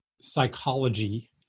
psychology